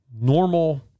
normal